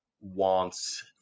wants